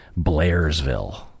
blairsville